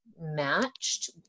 matched